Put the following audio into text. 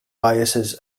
biases